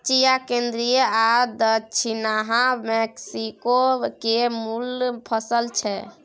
चिया केंद्रीय आ दछिनाहा मैक्सिको केर मुल फसल छै